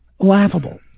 laughable